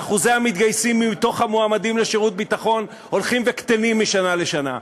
שאחוזי המתגייסים מתוך המועמדים לשירות ביטחון הולכים וקטנים משנה לשנה.